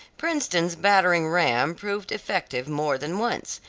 princeton's battering-ram proved effective more than once,